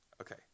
Okay